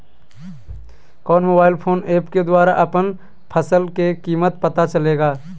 कौन mobile phone app के द्वारा अपन फसल के कीमत पता चलेगा?